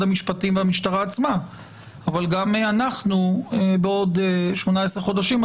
המשפטים והמשטרה עצמה אבל גם אנחנו בעוד 18 חודשים.